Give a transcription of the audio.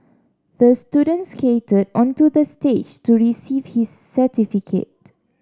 the student skated onto the stage to receive his certificate